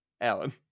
Alan